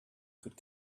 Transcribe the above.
could